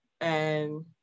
and-